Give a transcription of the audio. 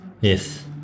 yes